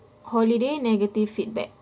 holiday negative feedback